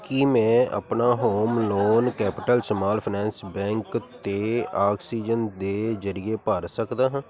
ਕੀ ਮੈਂ ਆਪਣਾ home loan Capital Small Finance Bank ਤੇ ਆਕਸੀਜਨ ਦੇ ਜ਼ਰੀਏ ਭਰ ਸਕਦਾ ਹਾਂ